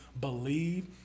believe